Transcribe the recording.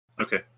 Okay